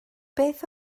beth